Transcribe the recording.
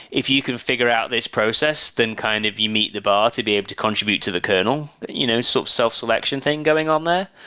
if you can figure out this process, then kind of you meet the bar to be able to contribute to the kernel, but you know sort of self selection thing going on there.